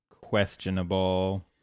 questionable